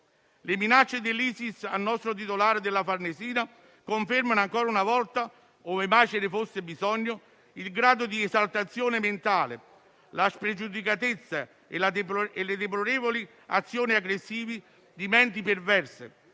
Le minacce dell'ISIS al nostro titolare della Farnesina confermano ancora una volta, ove mai ce ne fosse bisogno, il grado di esaltazione mentale, la spregiudicatezza e le deplorevoli azioni aggressive di menti perverse,